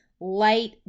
light